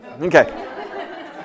Okay